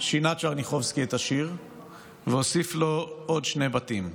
שינה טשרניחובסקי את השיר והוסיף לו עוד שני בתים.